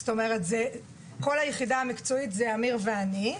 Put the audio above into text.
זאת אומרת כל היחידה המקצועית זה אמיר ואני,